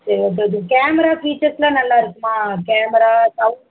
சரி அப்போ இது கேமரா ஃபியூச்சர்ஸ்யெலாம் நல்லா இருக்குமா கேமரா சவுண்ட்